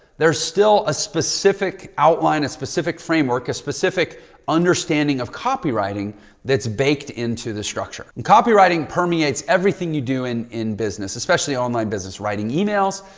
there's still a specific outline, a specific framework, a specific understanding of copywriting that's baked into the structure and copywriting permeates everything you do and in business, especially online business writing, emails,